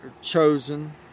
chosen